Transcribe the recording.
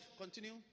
continue